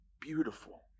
beautiful